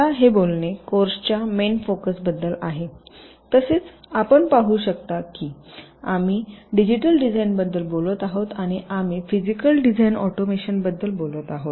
आता हे बोलणे कोर्सच्या मेन फोकसबद्दल आहे तसेच आपण पाहू शकता की आम्ही डिजिटल डिझाइनबद्दल बोलत आहोत आणि आम्ही फिजीकल डिझाइन ऑटोमेशनबद्दल बोलत आहोत